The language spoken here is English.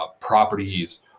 properties